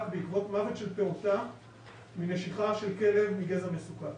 בעקבות מוות של פעוטה מנשיכה של כלב מגזע מסוכן.